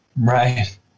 Right